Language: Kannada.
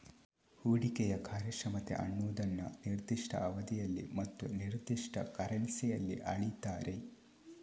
ಹೂಡಿಕೆಯ ಕಾರ್ಯಕ್ಷಮತೆ ಅನ್ನುದನ್ನ ನಿರ್ದಿಷ್ಟ ಅವಧಿಯಲ್ಲಿ ಮತ್ತು ನಿರ್ದಿಷ್ಟ ಕರೆನ್ಸಿಯಲ್ಲಿ ಅಳೀತಾರೆ